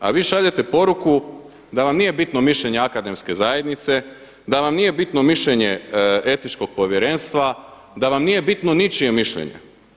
A vi šaljete poruku da vam nije bitno mišljenje akademske zajednice, da vam nije bitno mišljenje Etičkog povjerenstva, da vam nije bitno ničije mišljenje.